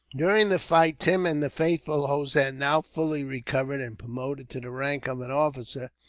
during the fight tim and the faithful hossein, now fully recovered and promoted to the rank of an officer,